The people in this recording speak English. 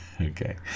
okay